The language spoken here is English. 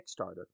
Kickstarter